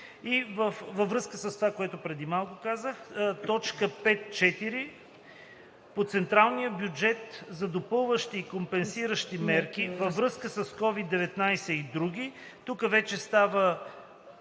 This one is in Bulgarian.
Във връзка с това, което казах преди малко, т. 5.4. „По централния бюджет за допълващи и компенсиращи мерки във връзка с COVID-19 и други“ – тук става